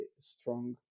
strong